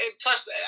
plus